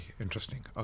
interesting